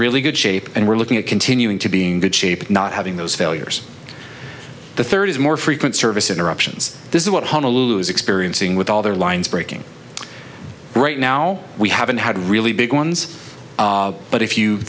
really good shape and we're looking at continuing to being good shape not having those failures the third is more frequent service interruptions this is what honolulu is experiencing with all their lines breaking right now we haven't had a really big ones but if you